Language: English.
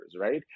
right